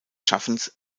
schaffens